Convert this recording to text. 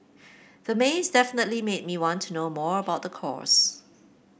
the maze definitely made me want to know more about the course